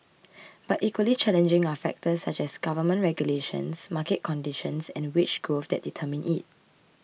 but equally challenging are factors such as government regulations market conditions and wage growth that determine it